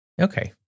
Okay